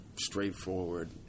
straightforward